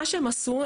מה שהם עשו,